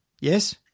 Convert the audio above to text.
Yes